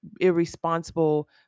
irresponsible